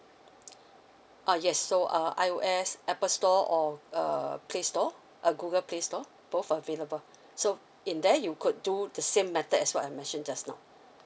oh yes so uh I_O_S apple store or err play store a google play store both available so in there you could do the same method as what I mentioned just now